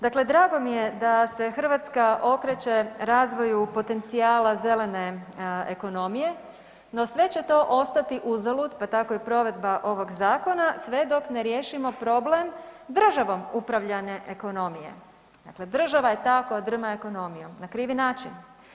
Dakle, drago mi je da se Hrvatska okreće razvoju potencijala zelene ekonomije, no sve će to ostati uzalud, pa tako i provedba ovog zakona sve dok ne riješimo problem državom upravljanja ekonomije, dakle država je ta koja drma ekonomijom na krivi način.